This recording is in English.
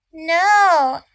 No